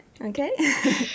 Okay